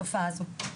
איתה.